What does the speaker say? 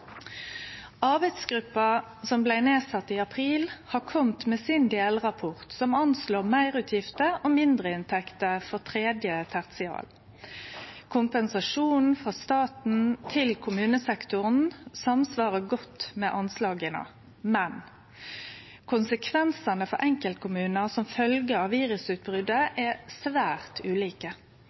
Arbeidsgruppa som blei sett ned i april, har kome med sin delrapport som anslår meirutgifter og mindreinntekter for tredje tertial. Kompensasjonen frå staten til kommunesektoren samsvarer godt med anslaga, men konsekvensane for enkeltkommunar som følgje av virusutbrotet er svært ulike.